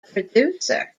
producer